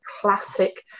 classic